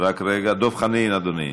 דב חנין, אדוני.